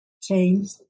changed